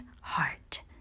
heart